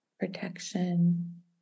protection